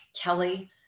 Kelly